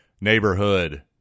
neighborhood